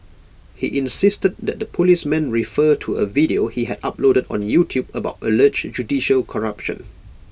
he insisted that the policemen refer to A video he had uploaded on YouTube about alleged judicial corruption